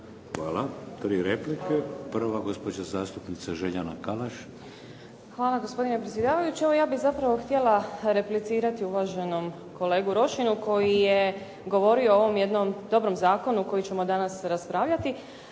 Hvala. Tri replike. Prva gospođa zastupnica Željana kalaš. **Podrug, Željana (HDZ)** Hvala gospodine predsjedavajući. Evo ja bih zapravo htjela replicirati uvaženom kolegi Rošinu koji je govorio o ovom jednom dobrom zakonu o kojem ćemo danas raspravljati.